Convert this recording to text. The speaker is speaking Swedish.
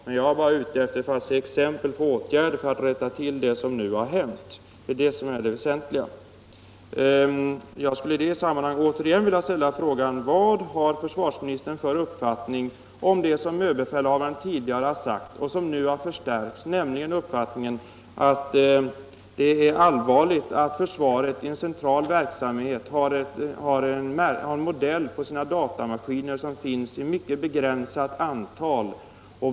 Vad jag efterlyste var exempel på åtgärder för att rätta till det som nu har hänt. Det är det väsentliga. Jag skulle i det sammanhanget återigen vilja fråga: Vad anser för Nr 44 svarsministern om den uppfattning som överbefälhavaren tidigare har Fredagen den uttryckt och som nu förstärkts, nämligen att det är allvarligt att försvaret 21 mars 1975 i en central verksamhet har en modell på sina datamaskiner som finns LL i mycket begränsat antal?